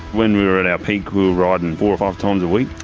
when we were at our peak we were riding four or five times a week,